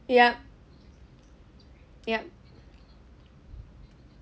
ya ya